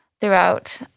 throughout